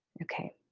ok.